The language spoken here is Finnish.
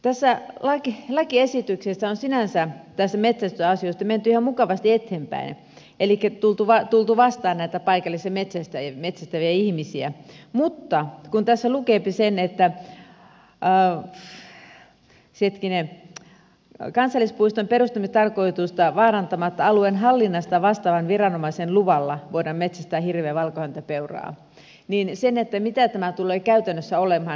tässä lakiesityksessä on sinänsä näissä metsästysasioissa menty ihan mukavasti eteenpäin elikkä tultu vastaan näitä paikallisia metsästäviä ihmisiä mutta kun tässä lukee että kansallispuiston perustamistarkoitusta vaarantamatta alueen hallinnasta vastaavan viranomaisen luvalla voidaan metsästää hirviä ja valkohäntäpeuraa niin mitä tämä tulee käytännössä olemaan